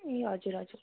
ए हजुर हजुर